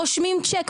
רושמים שיק,